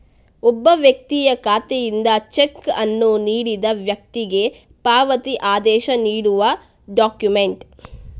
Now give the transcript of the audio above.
ಒಬ್ಬ ವ್ಯಕ್ತಿಯ ಖಾತೆಯಿಂದ ಚೆಕ್ ಅನ್ನು ನೀಡಿದ ವ್ಯಕ್ತಿಗೆ ಪಾವತಿ ಆದೇಶ ನೀಡುವ ಡಾಕ್ಯುಮೆಂಟ್